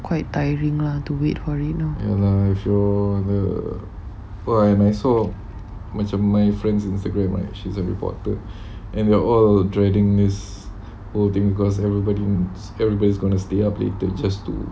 quite tiring lah to wait